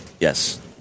Yes